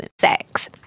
sex